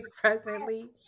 presently